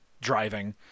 driving